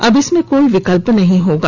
अब इसमें कोई विकल्प नहीं होगा